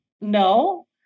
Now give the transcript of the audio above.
no